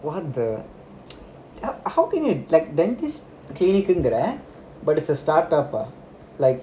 what the how how can you dentist clinic ங்கிற:ngira but it's a start up ah like